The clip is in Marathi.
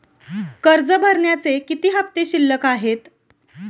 कर्ज भरण्याचे किती हफ्ते शिल्लक आहेत?